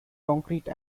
concrete